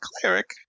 cleric